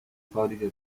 fábrica